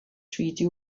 treaty